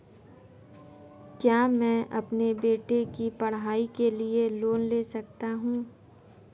क्या मैं अपने बेटे की पढ़ाई के लिए लोंन ले सकता हूं?